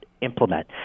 implement